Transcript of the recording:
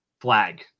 flag